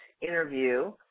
Interview